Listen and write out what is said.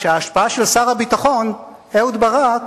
שההשפעה של שר הביטחון אהוד ברק